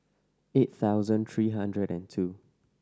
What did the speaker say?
eight thousand three hundred and two